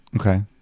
okay